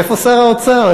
איפה שר האוצר?